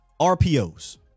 RPOs